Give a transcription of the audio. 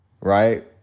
right